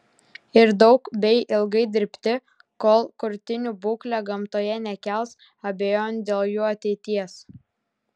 ir daug bei ilgai dirbti kol kurtinių būklė gamtoje nekels abejonių dėl jų ateities